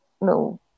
No